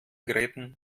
gräten